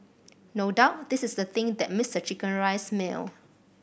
no doubt this is the thing that mass the chicken rice meal